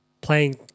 playing